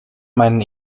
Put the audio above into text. meinen